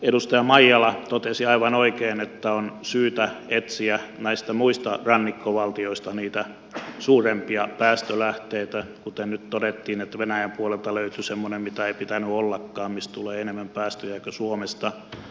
edustaja maijala totesi aivan oikein että on syytä etsiä näistä muista rannikkovaltioista niitä suurempia päästölähteitä kuten nyt todettiin että venäjän puolelta löytyi semmoinen mitä ei pitänyt ollakaan mistä tulee enemmän päästöjä kuin suomesta